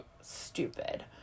stupid